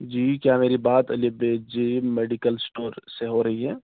جی کیا میری بات الب بے جیم میڈیکل اسٹور سے ہو رہی ہے